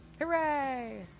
Hooray